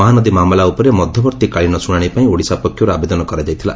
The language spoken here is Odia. ମହାନଦୀ ମାମଲା ଉପରେ ମଧ୍ୟବର୍ଭୀକାଳୀନ ଶ୍ୱଶାଶି ପାଇଁ ଓଡ଼ିଶା ପକ୍ଷରୁ ଆବେଦନ କରାଯାଇଥିଲା